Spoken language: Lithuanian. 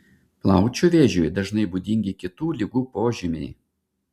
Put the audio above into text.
plaučių vėžiui dažnai būdingi kitų ligų požymiai